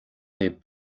libh